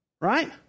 right